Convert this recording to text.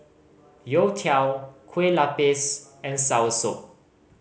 youtiao Kueh Lupis and soursop